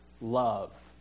love